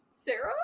sarah